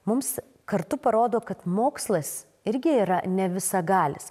mums kartu parodo kad mokslas irgi yra ne visagalis